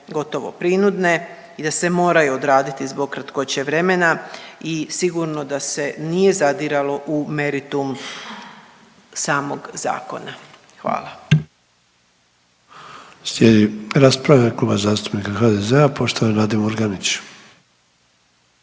gotovo prinudne i da se moraju odraditi zbog kratkoće vremena i sigurno da se nije zadiralo u meritum samog zakona. Hvala.